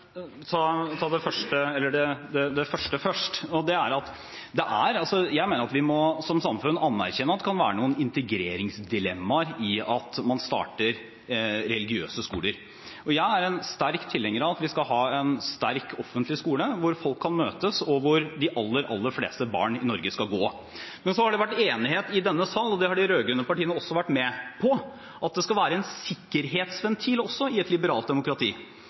Det første først, og det er at jeg mener at vi må som samfunn anerkjenne at det kan være noen integreringsdilemmaer i at man starter religiøse skoler. Jeg er en sterk tilhenger av at vi skal ha en sterk offentlig skole, hvor folk kan møtes, og hvor de aller, aller fleste barn i Norge skal gå. Men så har det vært enighet i denne sal, og det har de rød-grønne partiene også vært med på, om at det skal være en sikkerhetsventil også i et liberalt demokrati,